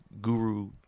guru